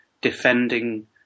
defending